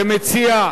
כמציע,